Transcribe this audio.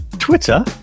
twitter